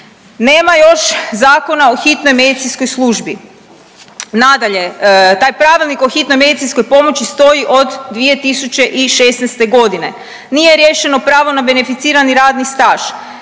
nema još Zakona o hitnoj medicinskoj službi. Nadalje, taj pravilnik o hitnoj medicinskoj pomoći stoji od 2016.g., nije riješeno pravo na beneficirani radni staž,